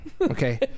okay